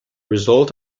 result